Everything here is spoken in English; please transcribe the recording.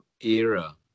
era